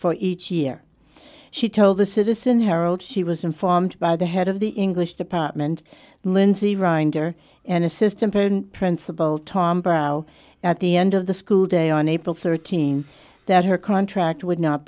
for each year she told the citizen herald she was informed by the head of the english department lindsay rind or an assistant principal tom brow at the end of the school day on april thirteenth that her contract would not